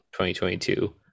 2022